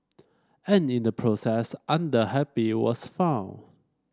and in the process Under Happy was found